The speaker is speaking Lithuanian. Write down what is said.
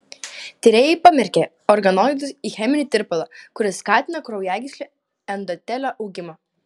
tyrėjai pamerkė organoidus į cheminį tirpalą kuris skatina kraujagyslių endotelio augimą